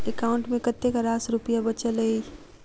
account मे कतेक रास रुपया बचल एई